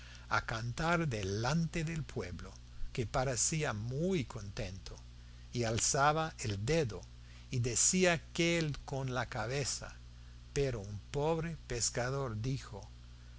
a cantar delante del pueblo que parecía muy contento y alzaba el dedo y decía que el con la cabeza pero un